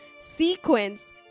sequence